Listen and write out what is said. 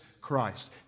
Christ